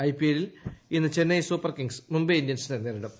I P എല്ലിൽ ഇന്ന് Chennai Super Kings Mumbai ഇന്ത്യൻസിനെ നേരിടും